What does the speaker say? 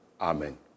Amen